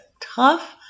tough